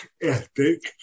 ethic